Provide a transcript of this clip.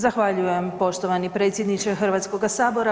Zahvaljujem poštovani predsjedniče Hrvatskoga sabora.